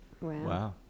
Wow